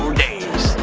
days,